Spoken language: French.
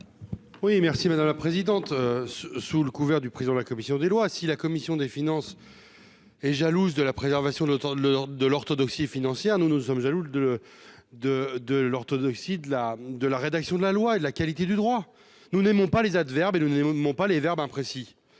Oui merci madame la présidente, sous le couvert du président de la commission des lois, si la commission des finances est jalouse de la préservation de l'OTAN de l'nord de l'orthodoxie financière, nous nous sommes jaloux de de de l'orthodoxie de la de la rédaction de la loi et de la qualité du droit, nous n'aimons pas les adverbes et le niveau, les mots ne vont pas les verbes imprécis,